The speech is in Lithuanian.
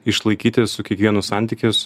išlaikyti su kiekvienu santykius